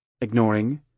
ignoring